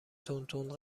تندتند